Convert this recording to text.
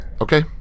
Okay